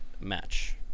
match